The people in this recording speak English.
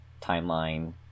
timeline